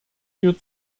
wir